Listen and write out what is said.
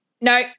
no